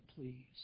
please